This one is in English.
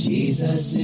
Jesus